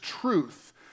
truth